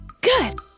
Good